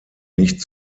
nicht